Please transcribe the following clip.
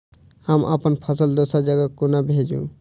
हम अप्पन फसल दोसर जगह कोना भेजू?